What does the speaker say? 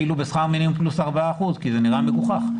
אפילו בשכר מינימום פלוס ארבעה אחוזים כי זה נראה מגוחך.